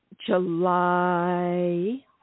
July